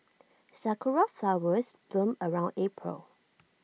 Sakura Flowers bloom around April